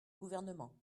gouvernement